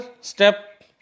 step